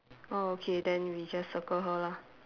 oh okay then we just circle her lah